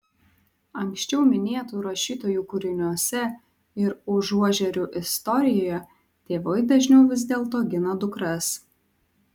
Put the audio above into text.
anksčiau minėtų rašytojų kūriniuose ir užuožerių istorijoje tėvai dažniau vis dėlto gina dukras